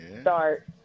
start